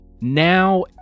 now